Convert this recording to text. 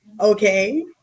okay